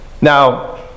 Now